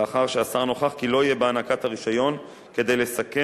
לאחר שהשר נוכח כי לא יהיה בהענקת הרשיון כדי לסכן